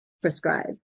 prescribe